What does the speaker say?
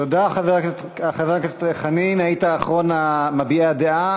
תודה, חבר הכנסת חנין, היית אחרון מביעי הדעה.